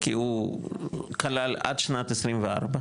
כי הוא כלל עד שנת 24,